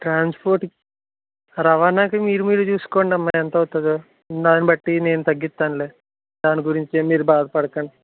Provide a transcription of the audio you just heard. ట్రాన్స్పోర్ట్కి రవాణాకి మీరు మీరు చూసుకోండి అమ్మ ఎంత అవుతుందో దాన్ని బట్టి నేను తగ్గిస్తానులే దాని గురించి ఏమి మీరు బాధ పడకండి